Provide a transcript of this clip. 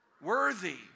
worthy